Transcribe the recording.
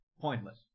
pointless